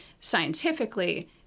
scientifically